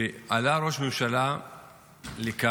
כשעלה ראש הממשלה לכאן